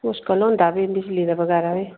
मुश्कल होंदा फ्ही बिजली दे बगैरा बी